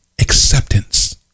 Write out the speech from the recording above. Acceptance